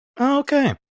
Okay